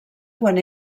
quan